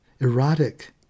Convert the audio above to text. Erotic